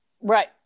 Right